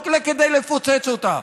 לא כדי לפוצץ אותה,